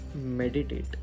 meditate